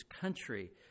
country